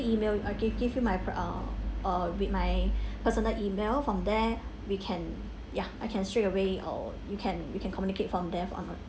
email I can give you my per~ uh uh with my personal email from there we can ya I can straight away uh we can we can communicate from there for onward